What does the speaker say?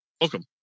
Welcome